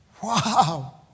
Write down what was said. Wow